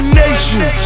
nation